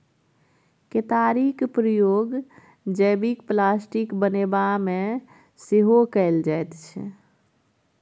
केतारीक प्रयोग जैबिक प्लास्टिक बनेबामे सेहो कएल जाइत छै